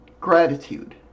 gratitude